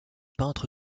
peintre